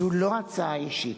זו לא הצעה אישית.